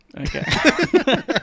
Okay